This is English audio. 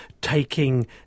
taking